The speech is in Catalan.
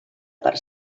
per